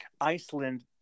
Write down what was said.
Iceland